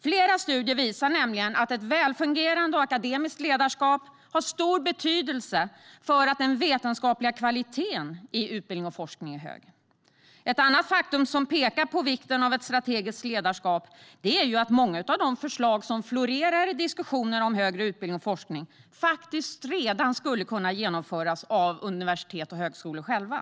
Flera studier visar nämligen att ett välfungerande och akademiskt ledarskap har stor betydelse för att den vetenskapliga kvaliteten i utbildning och forskning ska bli hög. Ett annat faktum som visar på vikten av strategiska ledarskap är att många av de förslag som florerar i diskussionerna om högre utbildning och forskning faktiskt redan skulle kunna genomföras av universitet och högskolor själva.